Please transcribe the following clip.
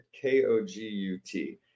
K-O-G-U-T